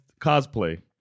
cosplay